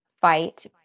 fight